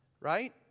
right